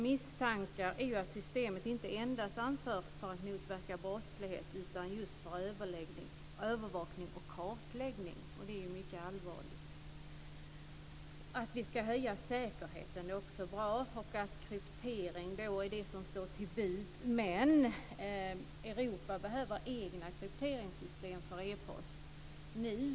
Misstankar är att systemet inte endast används för att motverka brottslighet utan just för övervakning och kartläggning, och det är mycket allvarligt. Att vi ska höja säkerheten är också bra. Och kryptering är då det som står till buds. Men Europa behöver egna krypteringssystem för e-post.